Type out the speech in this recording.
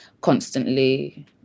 constantly